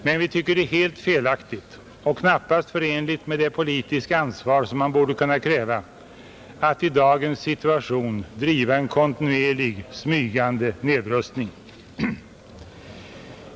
Men vi tycker att det är helt felaktigt och knappast förenligt med det politiska ansvar som man borde kunna kräva att i dagens situation driva en kontinuerlig, smygande nedrustning.